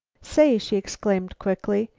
say! she exclaimed quickly,